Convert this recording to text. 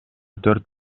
төрт